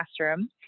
classroom